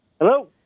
Hello